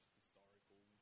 historical